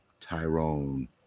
Tyrone